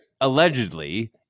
allegedly